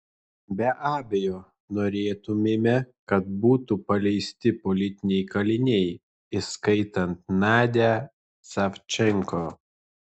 be abejo norėtumėme kad būtų paleisti politiniai kaliniai įskaitant nadią savčenko